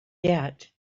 yet